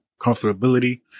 comfortability